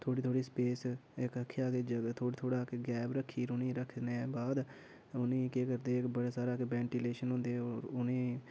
थोह्ड़ी थोह्ड़ी स्पेस इक आखेआ के जे थोह्ड़ा थोह्ड़ा गेप रक्खी'र रक्खने दे बाद उ'नेंगी केह् करदे इक बड़ा सारा कि वेंटिलेशन होंदे होर उ'नेंगी